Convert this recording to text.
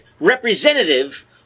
representative